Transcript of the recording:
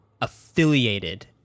affiliated